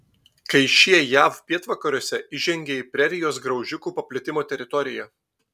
kai šie jav pietvakariuose įžengė į prerijos graužikų paplitimo teritoriją